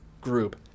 group